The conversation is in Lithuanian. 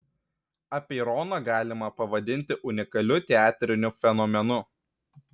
apeironą galima pavadinti unikaliu teatriniu fenomenu